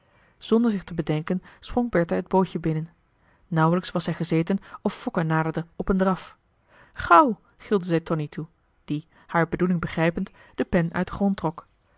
zonder zich te bedenken sprong bertha het bootje binnen nauwelijks was zij gezeten of fokke naderde op een draf gauw gilde zij tonie toe die haar bedoeling begrijpend de pen uit den grond trok